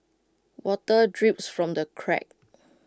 water drips from the cracks